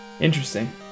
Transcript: Interesting